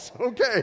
okay